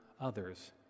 others